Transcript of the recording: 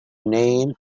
name